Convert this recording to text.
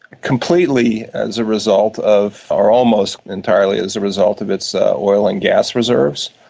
completely as a result of, or almost entirely as a result of its oil and gas reserves.